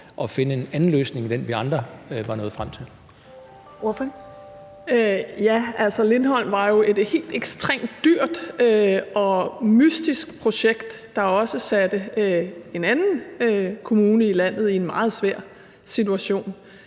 Sofie Carsten Nielsen (RV): Altså, Lindholm var jo et helt ekstremt dyrt og mystisk projekt, der også satte en anden kommune i landet i en meget svær situation.